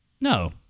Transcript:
No